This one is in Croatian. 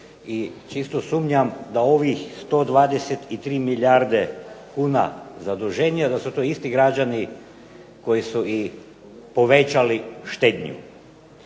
čisto sumnjam da ovih 123 milijarde kuna zaduženja da su to i isti građani koji su i povećali štednju.